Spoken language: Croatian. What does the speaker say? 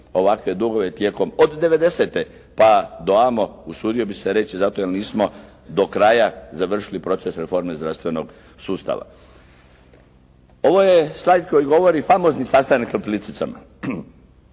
ovakve dugove tijekom od devedesete pa do amo usudio bih se reći zato jer nismo do kraja završili proces reforme zdravstvenog sustava. Ovo je «slajd» koji govori, famozni sastanak na Plitvicama.